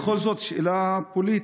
בכל זאת שאלה פוליטית: